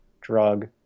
drug